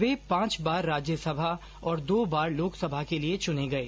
वह पांच बार राज्यसभा और दो बार लोकसभा के लिए चुने गए